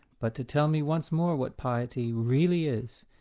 but to tell me once more what piety really is,